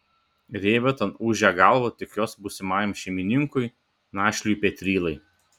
rėva ten ūžė galvą tik jos būsimajam šeimininkui našliui petrylai